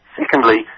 secondly